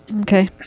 Okay